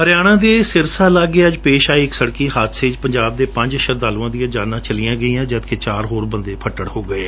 ਹਰਿਆਣਾ ਦੇ ਸਿਰਸਾ ਲਾਗੇ ਅੱਜ ਪੇਸ਼ ਆਏ ਇਕ ਸਤਕੀ ਹਾਦਸੇ ਵਿਚ ਪੰਜਾਬ ਦੇ ਪੰਜ ਸ਼ਰਧਾਲੂਆਂ ਦੀਆਂ ਜਾਨਾਂ ਚਲੀਆਂ ਗਈਆਂ ਜਦਕਿ ਚਾਰ ਹੋਰ ਬੰਦੇ ਫੱਟੜ ਹੋ ਗਏ